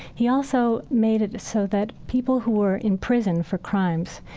he also made it so that people who were in prison for crimes,